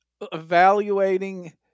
evaluating